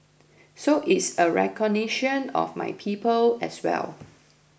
so it's a recognition of my people as well